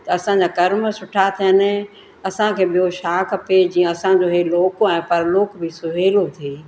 त असांजा कर्म सुठा थियनि असांखे ॿियो छा खपे जीअं असांजो इहे लोकु ऐं परलोक बि सहुलो थिए